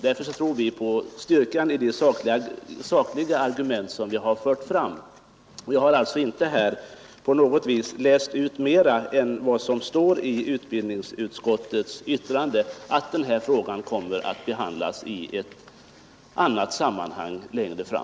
Därför tror vi på styrkan i det sakliga argument som vi har fört fram. Jag har alltså inte på något vis läst ut mer än vad som står i utbildningsutskottets betänkande — att den här frågan kommer att behandlas i ett annat sammanhang längre fram.